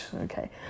okay